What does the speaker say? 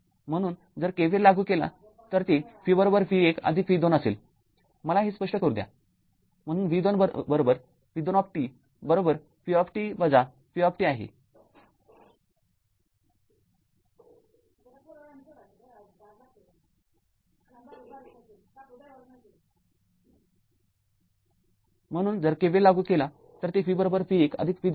म्हणून जर KVL लागू केला तर ते v v १ आदिक v २ असेल